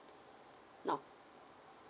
now